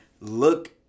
look